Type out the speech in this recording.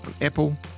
Apple